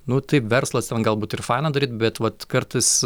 nu tai verslas galbūt ir faina daryt bet vat kartais